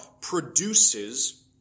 produces